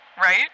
Right